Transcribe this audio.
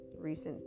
recent